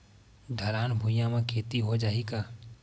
ढलान भुइयां म खेती हो जाही का?